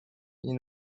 این